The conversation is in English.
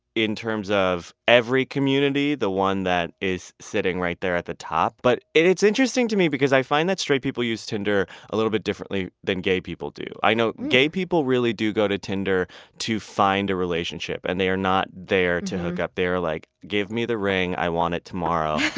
in terms of every community, the one that is sitting right there at the top. but it's interesting to me because i find that straight people use tinder a little bit differently than gay people do. i know gay people really do go to tinder to find a relationship and they are not there to hook up. they're like, give me the ring. i want it tomorrow.